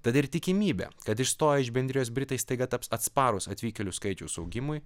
tad ir tikimybė kad išstoję iš bendrijos britai staiga taps atsparūs atvykėlių skaičiaus augimui